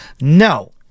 No